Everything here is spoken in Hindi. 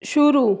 शुरू